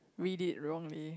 read it wrongly